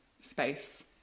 space